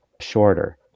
shorter